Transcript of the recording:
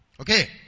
Okay